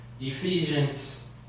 Ephesians